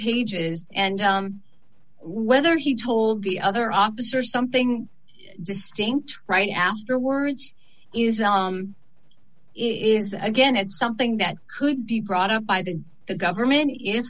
pages and whether he told the other officer something distinct right afterwords it is again it's something that could be brought up by the government i